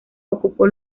ocupó